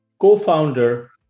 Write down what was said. co-founder